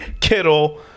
Kittle